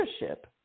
leadership